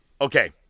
Okay